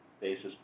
basis